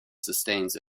sustains